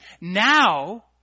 now